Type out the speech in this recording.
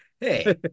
Hey